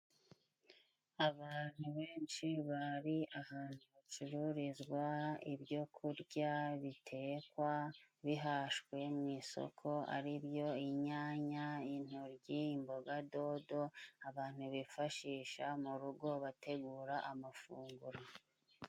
Abantu benshi bari ahantu hacururizwa ibyo kurya bitekwa bihashwe mu isoko, ari byo inyanya, intoryi, imboga dodo, abantu bifashisha mu rugo bategura amafunguro.